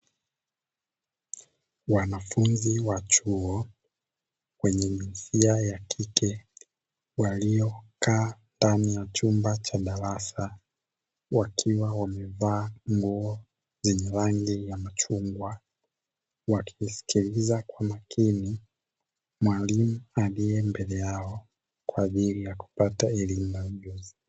Wanafunzi wa chuo wenye jinsia ya kike walio kaa ndani ya chumba cha darasa, wakiwa wamevaa nguo zenye rangi ya chungwa, wakisikiliza kwa makini mwalimu alie mbele yao kwa ajiri ya kupata elimu na ujuzi.